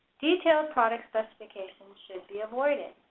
detailed product specifications should be avoided.